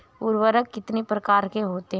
उर्वरक कितनी प्रकार के होता हैं?